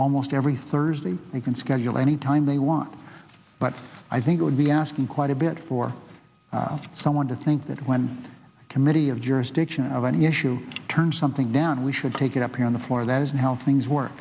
almost every thursday they can schedule any time they want but i think it would be asking quite a bit for someone to think that when a committee of jurisdiction of any issue turns something down we should take it up here on the floor that isn't how things work